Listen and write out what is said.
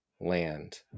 land